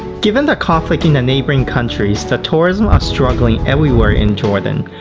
given the conflicts in neighboring countries, the tourisms are struggling everywhere in jordan.